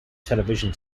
television